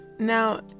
now